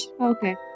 Okay